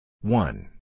one